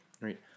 right